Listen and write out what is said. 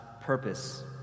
purpose